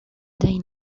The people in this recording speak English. they